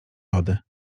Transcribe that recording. lody